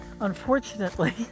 Unfortunately